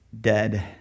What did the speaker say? dead